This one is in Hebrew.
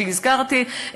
שהזכרתי,